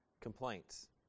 complaints